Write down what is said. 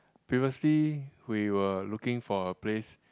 previously we were looking for a place